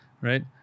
right